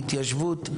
התיישבות.